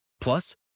Plus